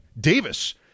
Davis